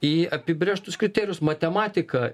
į apibrėžtus kriterijus matematika